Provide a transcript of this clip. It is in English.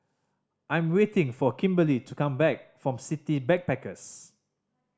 I'm waiting for Kimberli to come back from City Backpackers